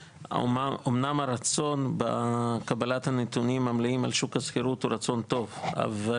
אמנם הרצון בקבלת הנתונים המלאים על שוק השכירות הוא רצון טוב אבל